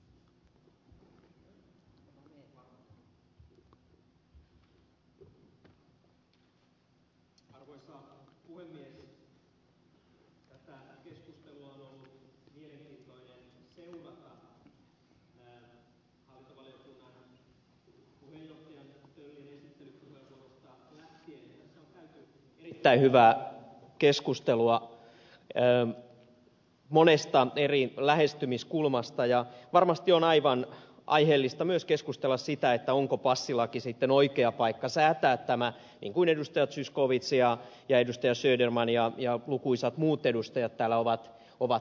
töllin esittelypuheenvuorosta lähtien on käyty erittäin hyvää keskustelua monesta eri lähestymiskulmasta ja varmasti on aivan aiheellista myös keskustella siitä onko passilaki sitten oikea paikka säätää tämä niin kuin edustajat zyskowicz ja söderman ja lukuisat muut edustajat täällä ovat toistelleet